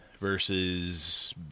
versus